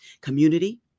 community